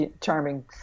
charming